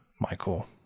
Michael